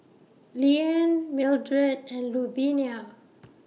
Leeann Mildred and Louvenia